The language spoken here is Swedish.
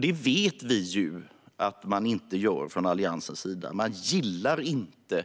Det vet vi ju att man inte gör från Alliansens sida - man gillar inte